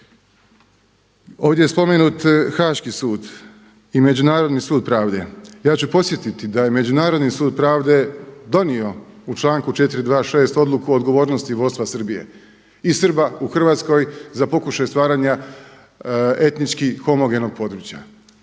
Ovdje je spomenut Haaški sud i Međunarodni sud pravde, ja ću podsjetiti da je Međunarodni sud pravde donio u članku 426. odluku o odgovornosti vodstva Srbije i Srba u Hrvatskoj za pokušaj stvaranja etnički homogenog područja.